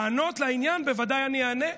לענות לעניין בוודאי אני אענה,